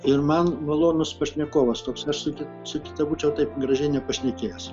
ir man malonus pašnekovas toks aš su ki su kita būčiau taip gražiai nepašnekėjęs